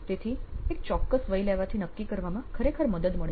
તેથી એક ચોક્કસ વય લેવાથી નક્કી કરવામાં ખરેખર મદદ મળે છે